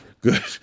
Good